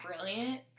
brilliant